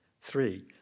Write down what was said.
Three